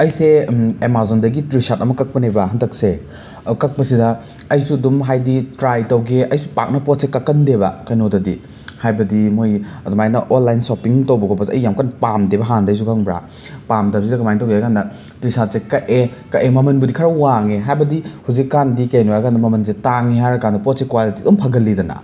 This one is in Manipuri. ꯑꯩꯁꯦ ꯑꯦꯃꯥꯖꯣꯟꯗꯒꯤ ꯇ꯭ꯔꯤꯁꯥꯠ ꯑꯃ ꯀꯛꯄꯅꯦꯕ ꯍꯟꯗꯛꯁꯦ ꯑꯗꯣ ꯀꯛꯄꯁꯤꯗ ꯑꯩꯁꯨ ꯗꯨꯝ ꯍꯥꯏꯗꯤ ꯇ꯭ꯔꯥꯏ ꯇꯧꯒꯦ ꯑꯩꯁꯨ ꯄꯥꯛꯅ ꯄꯣꯠꯁꯦ ꯀꯛꯀꯟꯗꯦꯕ ꯀꯩꯅꯣꯗꯗꯤ ꯍꯥꯏꯕꯗꯤ ꯃꯣꯏ ꯑꯗꯨꯃꯥꯏꯅ ꯑꯣꯟꯂꯥꯏꯟ ꯁꯣꯄꯤꯡ ꯇꯧꯕ ꯈꯣꯠꯄꯖꯦ ꯑꯩ ꯌꯥꯝ ꯀꯟ ꯄꯥꯝꯗꯦꯕ ꯍꯥꯟꯅꯗꯩꯖꯨ ꯈꯪꯕ꯭ꯔꯥ ꯄꯥꯝꯗꯕꯖꯤꯗ ꯀꯃꯥꯏ ꯇꯧꯒꯦ ꯍꯥꯏꯀꯥꯟꯗ ꯇ꯭ꯔꯤꯁꯥꯠꯁꯦ ꯀꯛꯑꯦ ꯀꯛꯑꯦ ꯃꯃꯟꯕꯨꯗꯤ ꯈꯔ ꯋꯥꯡꯉꯦ ꯍꯥꯏꯕꯗꯤ ꯍꯨꯖꯤꯛꯀꯥꯟꯗꯤ ꯀꯩꯅꯣ ꯍꯥꯏꯀꯥꯟꯗ ꯃꯃꯟꯖꯦ ꯇꯥꯡꯉꯦ ꯍꯥꯏꯔꯀꯥꯟꯗ ꯄꯣꯠꯁꯦ ꯀ꯭ꯋꯥꯂꯤꯇꯤ ꯑꯗꯨꯝ ꯐꯒꯜꯂꯤꯗꯅ